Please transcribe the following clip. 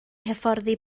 hyfforddi